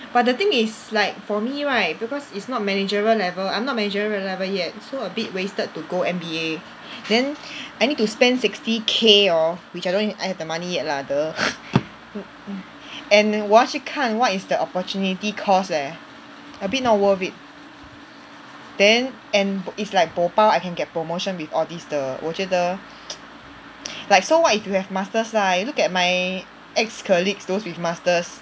but the thing is like for me right because it's not managerial level I'm not managerial level yet so a bit wasted to go M_B_A then I need to spend sixty K orh which I don't even have the money yet lah !duh! and 我要去看 what is the opportunity cost leh a bit not worth it then and it's like boh 包 I can get promotion with all these 的我觉得 like so what if you have masters ah you look at my ex-colleagues those with masters